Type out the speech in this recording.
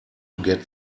get